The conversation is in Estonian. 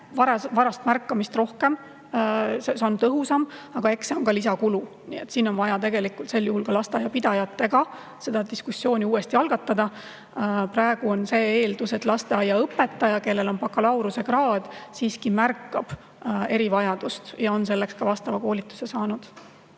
varast märkamist, see on tõhusam, aga eks see on ka lisakulu. Nii et siin on vaja tegelikult sel juhul ka lasteaiapidajatega seda diskussiooni uuesti algatada. Praegu on see eeldus, et lasteaiaõpetaja, kellel on bakalaureusekraad, siiski märkab erivajadust ja on selleks ka vastava koolituse saanud.